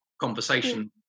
conversation